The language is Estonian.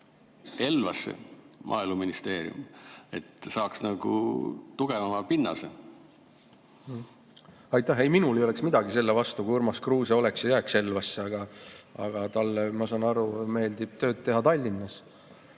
viia Maaeluministeerium Elvasse, saaks nagu tugevama pinnase? Aitäh! Ei, minul ei oleks midagi selle vastu, kui Urmas Kruuse oleks Elvas ja jääks Elvasse, aga talle, ma saan aru, meeldib tööd teha Tallinnas.